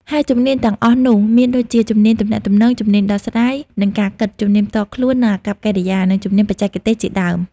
ហើយជំនាញទាំងអស់នោះមានដូចជា ជំនាញទំនាក់ទំនង ជំនាញដោះស្រាយ និងការគិត ជំនាញផ្ទាល់ខ្លួន និងអាកប្បកិរិយា និងជំនាញបច្ចេកទេសជាដើម។